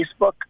Facebook